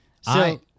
So-